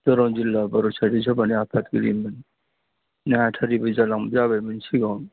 दरं जिल्लयाव बर साहित्य' सभानि आफादगिरिमोन नेहाथारिबो जाबायमोन सिगाङाव